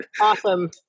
Awesome